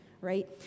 right